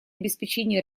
обеспечения